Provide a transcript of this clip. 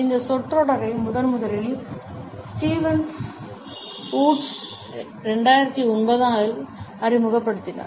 இந்த சொற்றொடரை முதன்முதலில் ஸ்டீவன்ஸ் வூட்ஸ் 2009 இல் அறிமுகப்படுத்தினார்